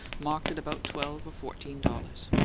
marked at about twelve or fourteen dollars.